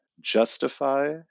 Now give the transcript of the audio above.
justify